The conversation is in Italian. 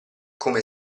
come